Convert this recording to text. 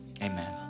amen